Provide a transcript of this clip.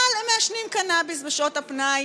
אבל הם מעשנים קנביס בשעות הפנאי.